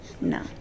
No